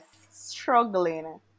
Struggling